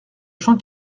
gens